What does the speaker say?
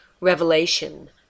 Revelation